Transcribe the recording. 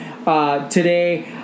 Today